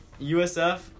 USF